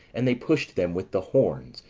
and they pushed them with the horns,